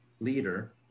leader